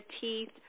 teeth